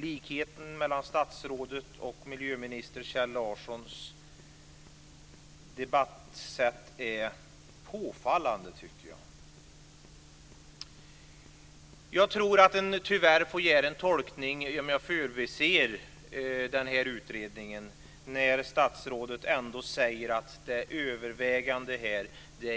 Likheterna mellan statsrådets och miljöminister Kjell Larssons sätt att debattera är påfallande. Jag tror att man tyvärr måste göra en tolkning och förbise utredningen. Statsrådet säger ändå att det som överväger